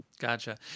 Gotcha